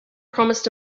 promised